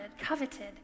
coveted